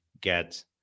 get